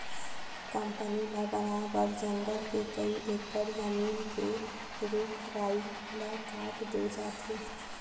company ल बनाए बर जंगल के कइ एकड़ जमीन के रूख राई ल काट दे जाथे